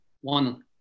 one